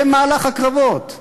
במהלך הקרבות,